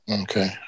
Okay